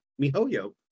miHoYo